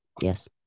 Yes